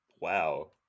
Wow